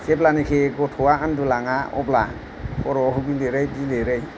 जेब्लानाखि गथ'आ उन्दुलाङा अब्ला खर' बिलिरै बिलिरै